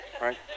right